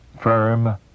firm